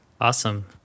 Awesome